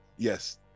Yes